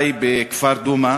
חברי בכפר דומא.